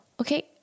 okay